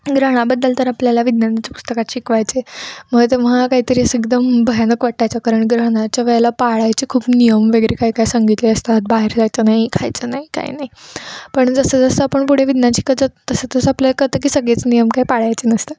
ग्रहणाबद्दल तर आपल्याला विज्ञानाच्या पुस्तकात शिकवायचे मग तेव्हा काहीतरी असं एकदम भयानक वाटायचं कारण ग्रहणाच्या वेळेला पाळायचे खूप नियम वगैरे काय काय सांगितले असतात बाहेर जायचं नाही खायचं नाही काय नाही पण जसंजसं आपण पुढे विज्ञान शिकत तसं तसं आपल्याला कळतं की सगळेच नियम काय पाळायचे नसतात